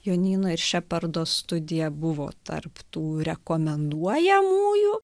jonyno ir šepardo studija buvo tarp tų rekomenduojamųjų